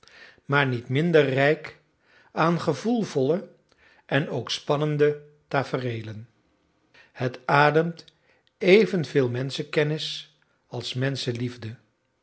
maar niet minder rijk aan gevoelvolle en ook spannende tafereelen het ademt evenveel menschenkennis als